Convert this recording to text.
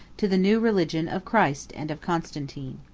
to the new religion of christ and of constantine.